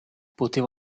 poteva